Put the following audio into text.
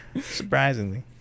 surprisingly